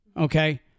Okay